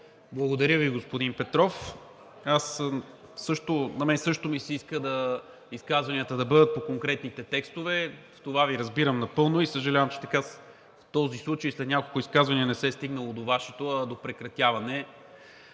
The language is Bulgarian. Благодаря Ви, господин Петров. На мен също ми се иска изказванията да бъдат по конкретните текстове. В това Ви разбирам напълно и съжалявам, че в този случай след няколко изказвания не се е стигнало до Вашето, а до прекратяване.